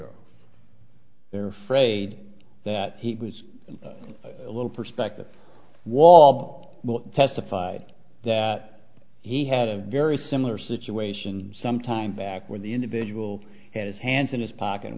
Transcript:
or they're afraid that he was a little perspective wall testified that he had a very similar situation some time back when the individual his hands in his pocket